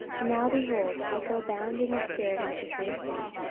and now, behold, i go bound in the spirit unto jerusalem,